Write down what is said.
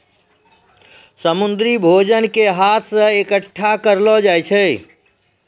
समुन्द्री भोजन के हाथ से भी इकट्ठा करलो जाय छै